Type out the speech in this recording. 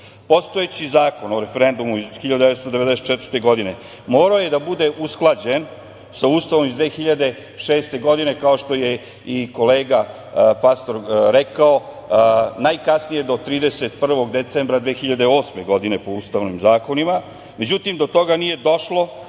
Postojeći Zakon o referendumu iz 1994. godine morao je da bude usklađen sa Ustavom iz 2006. godine, kao što je i kolega Pastor rekao, najkasnije do 31. decembra 2008. godine, po ustavnim zakonima, međutim, do toga nije došlo